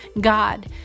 God